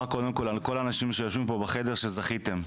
קודם כל לכל האנשים שיושבים פה בחדר שזכיתם,